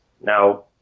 Now